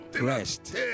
rest